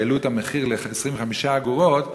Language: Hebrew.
כשהעלו את המחיר ל-25 אגורות,